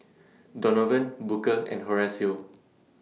Donovan Booker and Horacio